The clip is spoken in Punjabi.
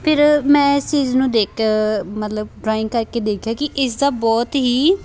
ਫਿਰ ਮੈਂ ਇਸ ਚੀਜ਼ ਨੂੰ ਦੇਖ ਮਤਲਬ ਡਰਾਇੰਗ ਕਰਕੇ ਦੇਖਿਆ ਕਿ ਇਸਦਾ ਬਹੁਤ ਹੀ